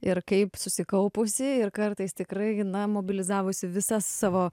ir kaip susikaupusi ir kartais tikrai na mobilizavusi visas savo